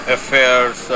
Affairs